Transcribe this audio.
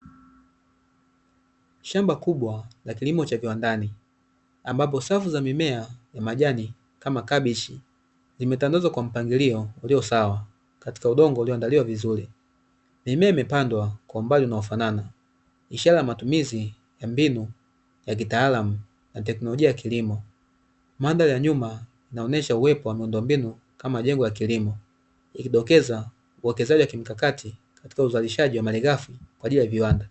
shamba kubwa la kilimo cha viwandani ambapo safu za mimea ni majani kama cabbage limetangazwa kwa mpangilio ulio sawa katika udongo ulioandaliwa vizuri ni mimi imepandwa kwa mbali na wafanana ishara ya matumizi ya mbinu ya kitaalamu na teknolojia ya kilimo mada ya nyuma naonesha uwepo wa miundombinu kama jengo la kilimo ikidokeza uwekezaji wa kimikakati katika uzalishaji wa malighafi kwa ajili ya viwanda